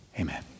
amen